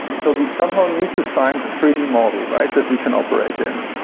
so we somehow need to find a three d model, right, that we can operate in.